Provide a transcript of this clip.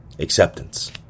Acceptance